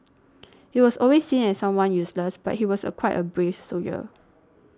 he was always seen as someone useless but he was a quite a brave soldier